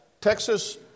Texas